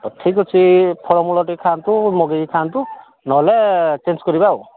ତ ଠିକ୍ ଅଛି ଫଳମୂଳ ଟିକେ ଖାଆନ୍ତୁ ମଗାଇ ଖାଆନ୍ତୁ ନହେଲେ ଚେଞ୍ଜ କରିବା ଆଉ